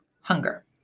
hunger